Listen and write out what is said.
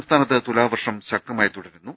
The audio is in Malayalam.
സംസ്ഥാനത്ത് തുലാവർഷം ശക്തമായി തുടരുന്നു